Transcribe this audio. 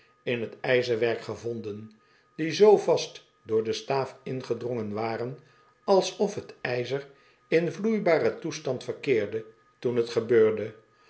in t ijzerwerk gevonden die zoo vast door de staaf ingedrongen waren alsof t ijzer in vloeibaren toestand verkeerde toen het gebeurde